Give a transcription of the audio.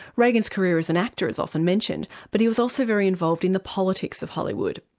reagan's career as an actor is often mentioned, but he was also very involved in the politics of hollywood.